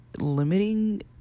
limiting